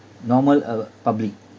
normal uh public